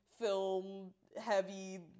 film-heavy